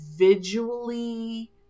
individually